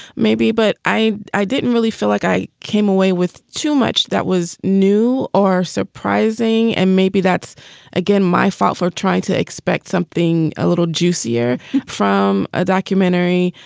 maybe. but i i didn't really feel like i came away with too much that was new or surprising. and maybe that's again, my fault for trying to expect something a little juicier from a documentary,